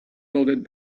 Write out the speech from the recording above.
loaded